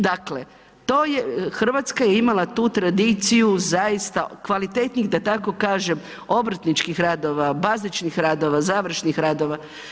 Dakle, to je Hrvatska je imala tu tradiciju zaista kvalitetnih da tako kažem obrtničkih radova, bazičnih radova, završnih radova.